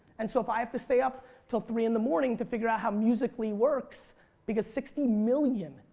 and so if i have to stay up til three in the morning to figure out how musically works because sixty million,